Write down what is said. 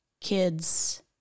kids